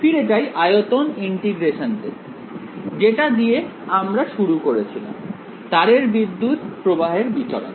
ফিরে যাই আয়তন ইন্টিগ্রেশনতে যেটা দিয়ে আমরা শুরু করেছিলাম তারের বিদ্যুৎ প্রবাহের বিতরণ